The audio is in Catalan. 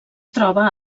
troba